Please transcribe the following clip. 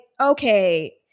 okay